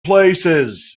places